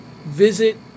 Visit